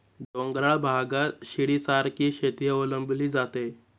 डोंगराळ भागात शिडीसारखी शेती अवलंबली जाते